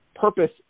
purpose